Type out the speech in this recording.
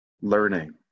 learning